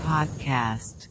Podcast